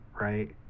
right